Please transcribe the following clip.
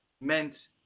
meant